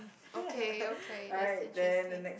okay okay that's interesting